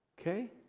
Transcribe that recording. Okay